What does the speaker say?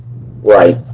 Right